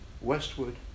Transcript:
Westwood